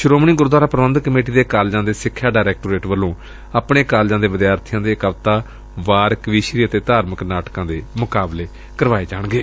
Shiromani Gurdwara Parbandhak committee ਦੇ ਕਾਲਿਜਾਂ ਦੇ ਸਿਖਿਆ ਡਾਇਰੈਕਟੋਰੇਟ ਵੱਲੋਂ ਆਪਣੇ ਕਲਿਜਾਂ ਦੇ ਵਿਦਿਆਰਥੀਆਂ ਦੇ ਕਵਿਤਾ ਵਾਰ ਕਵੀਸ਼ਰੀ ਅਤੇ ਧਾਰਮਿਕ ਨਾਟਕ ਦੇ ਮੁਕਾਬਲੇ ਵੀ ਕਰਵਾਏ ਜਾਣਗੇ